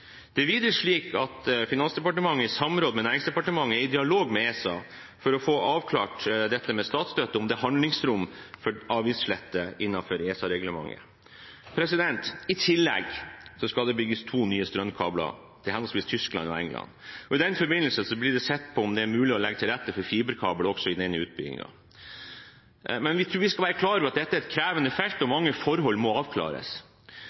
Det er videre slik at Finansdepartementet i samråd med Næringsdepartementet er i dialog med ESA for å få avklart dette med statsstøtte, om det er handlingsrom for avgiftslette innenfor ESA-reglementet. I tillegg skal det bygges to nye strømkabler til henholdsvis Tyskland og England. I den forbindelse blir det sett på om det er mulig å legge til rette for fiberkabler også i denne utbyggingen. Jeg tror vi skal være klar over at dette er et krevende felt, og mange forhold må avklares.